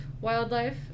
wildlife